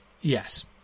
yes